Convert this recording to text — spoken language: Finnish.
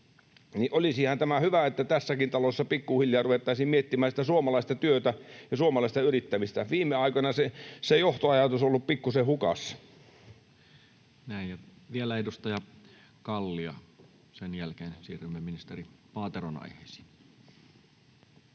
se hyvä, että tässäkin talossa pikkuhiljaa ruvettaisiin miettimään sitä suomalaista työtä ja suomalaista yrittämistä. Viime aikoina se johtoajatus on ollut pikkusen hukassa. Näin. — Ja vielä edustaja Kalli, ja sen jälkeen siirrymme ministeri Paateron aiheisiin.